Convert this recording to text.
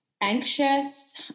Anxious